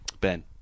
Ben